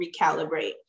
recalibrate